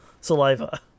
saliva